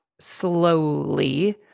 slowly